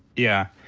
yeah.